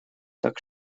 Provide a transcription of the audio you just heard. так